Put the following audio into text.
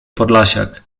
podlasiak